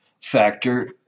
factor